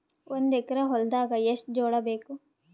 ಒಂದು ಎಕರ ಹೊಲದಾಗ ಎಷ್ಟು ಜೋಳಾಬೇಕು?